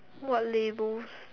what labels